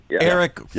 Eric